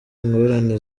ingorane